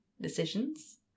decisions